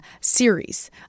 series